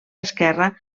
esquerra